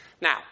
Now